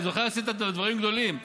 אני זוכר, עשית דברים גדולים.